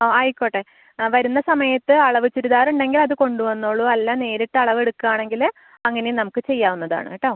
ആ ആയിക്കോട്ടെ ആ വരുന്ന സമയത്ത് അളവ് ചുരിദാറുണ്ടെങ്കിൽ അത് കൊണ്ട് വന്നോളൂ അല്ല നേരിട്ട് അളവെടുക്കാണെങ്കിൽ അങ്ങനെ നമുക്ക് ചെയ്യാവുന്നതാണൂട്ടാ